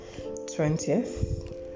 20th